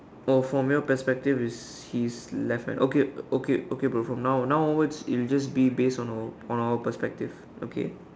oh from your perspective is he is left hand okay okay okay be from now now onwards it will only just be based on our on our perspective okay